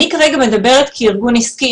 אני כרגע מדברת כארגון עסקי,